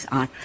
on